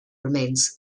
remains